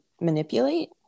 manipulate